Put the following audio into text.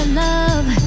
love